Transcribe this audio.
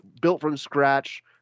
built-from-scratch